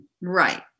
Right